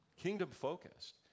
kingdom-focused